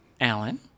Alan